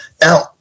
Now